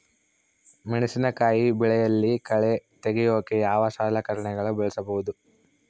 ಮೆಣಸಿನಕಾಯಿ ಬೆಳೆಯಲ್ಲಿ ಕಳೆ ತೆಗಿಯೋಕೆ ಯಾವ ಸಲಕರಣೆ ಬಳಸಬಹುದು?